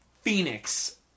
phoenix